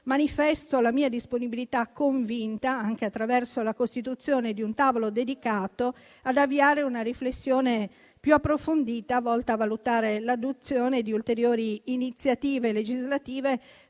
manifesto la mia disponibilità convinta, anche attraverso la costituzione di un tavolo dedicato, ad avviare una riflessione più approfondita, volta a valutare l'adozione di ulteriori iniziative legislative